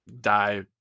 die